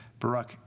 Barack